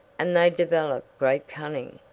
and they developed great cunning.